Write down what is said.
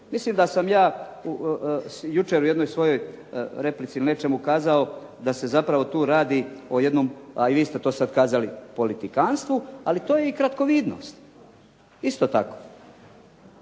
Mislim da sam ja jučer u jednoj svojoj replici u nečemu kazao da se zapravo tu radi o jednom, a vi ste to sad kazali, politikantstvu, ali to je i kratkovidnost isto tako.